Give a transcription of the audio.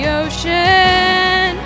ocean